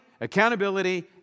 accountability